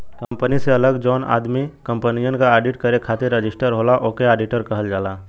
company से अलग जौन आदमी कंपनियन क आडिट करे खातिर रजिस्टर होला ओके आडिटर कहल जाला